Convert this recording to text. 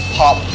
pop